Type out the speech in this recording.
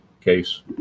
case